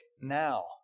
now